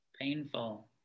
painful